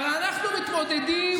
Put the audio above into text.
אולי תדבר על הכלכלה?